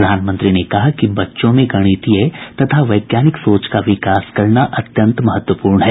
प्रधानमंत्री ने कहा कि बच्चों में गणितीय तथा वैज्ञानिक सोच का विकास करना अत्यन्त महत्वपूर्ण है